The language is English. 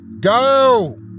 Go